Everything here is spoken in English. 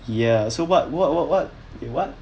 ya so what what what what okay what